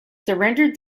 surrendered